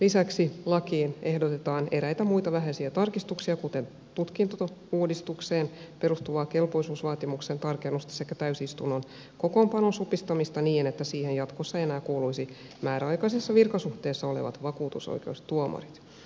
lisäksi lakiin ehdotetaan eräitä muita vähäisiä tarkistuksia kuten tutkintouudistukseen perustuvaa kelpoisuusvaatimuksen tarkennusta sekä täysistunnon kokoonpanon supistamista niin että siihen jatkossa enää kuuluisivat määräaikaisessa virkasuhteessa olevat vakuutusoikeustuomarit